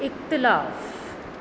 इख़्तिलाफ़ु